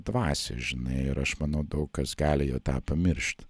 dvasią žinai ir aš manau daug kas galėjo tą pamiršt